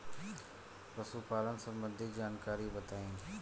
पशुपालन सबंधी जानकारी बताई?